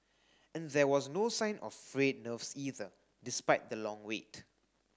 and there was no sign of frayed nerves either despite the long wait